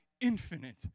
infinite